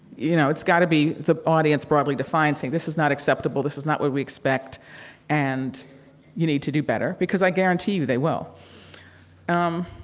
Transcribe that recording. you know, it's got to be the audience broadly defined saying this is not acceptable. this is not what we expect and you need to do better. because i guarantee you, they will um,